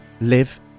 live